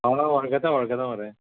हय वळखता वळखता मरे